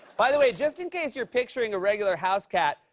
by the way, just in case you're picturing a regular house cat,